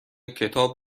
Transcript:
کتاب